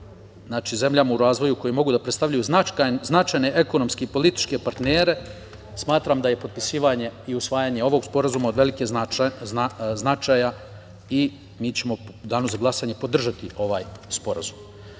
znači, zemljama u razvoju koje mogu da predstavljaju značajne ekonomske i političke partnere, smatram da je potpisivanje i usvajanje ovog sporazuma od velikog značaja i mi ćemo u danu za glasanje podržati ovaj sporazum. Što